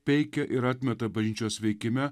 peikia ir atmeta bažnyčios veikime